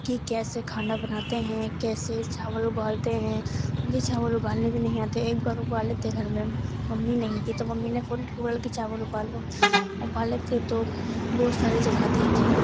کہ کیسے کھانا بناتے ہیں کیسے چاول ابالتے ہیں مجھے چاول ابالنے بھی نہیں آتے ایک بار ابالے تھے گھر میں ممی نہیں تھی تو ممی نے فون کر کے بولا کہ چاول ابال لو ابالے تھے تو بہت سارے جلا دیے تھے